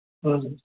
हा